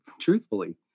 truthfully